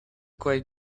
quite